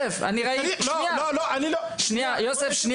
יוסף, שניה.